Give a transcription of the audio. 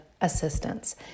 assistance